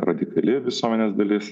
radikali visuomenės dalis